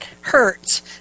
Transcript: hurts